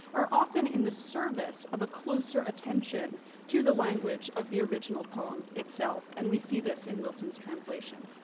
are often in the service of a closer attention to the language of the original poem itself and we see this in wilson's translation.